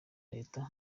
reta